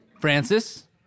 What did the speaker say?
Francis